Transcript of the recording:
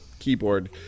keyboard